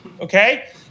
Okay